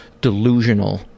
delusional